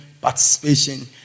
participation